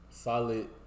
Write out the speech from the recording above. Solid